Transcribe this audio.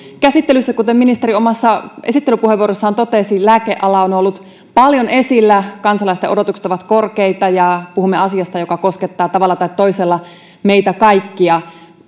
käsittelyssä kuten ministeri omassa esittelypuheenvuorossaan totesi lääkeala on ollut paljon esillä kansalaisten odotukset ovat korkeita ja puhumme asiasta joka koskettaa tavalla tai toisella meitä kaikkia